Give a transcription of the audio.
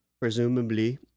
Presumably